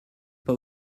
pas